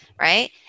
Right